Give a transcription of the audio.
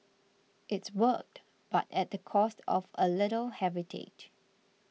it worked but at the cost of a little heritage